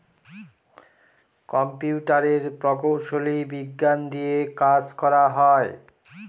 কম্পিউটারের প্রকৌশলী বিজ্ঞান দিয়ে কাজ করা হয়